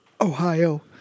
Ohio